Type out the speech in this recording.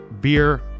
beer